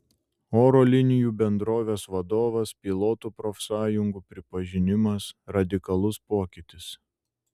oro linijų bendrovės vadovas pilotų profsąjungų pripažinimas radikalus pokytis